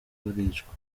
baricwa